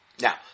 Now